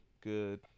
Good